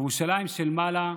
ירושלים של מעלה,